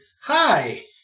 hi